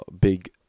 big